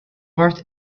worth